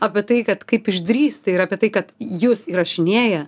apie tai kad kaip išdrįsti ir apie tai kad jus įrašinėja